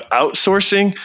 outsourcing